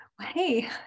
Hey